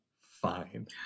fine